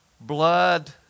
blood